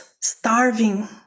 starving